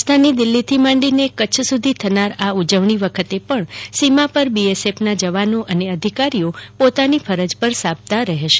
રાજધાની દિલ્હીથી માંડીને કચ્છ સુધી થનાર આ ઉજવણી વખતે પણ સીમા પર બીએસએફ ના જવાનો અને અધિકારીઓ ફરજ પર સાબદા રહેશે